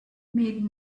made